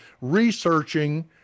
researching